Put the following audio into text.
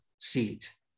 seat